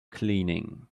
cleaning